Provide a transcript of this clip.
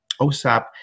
OSAP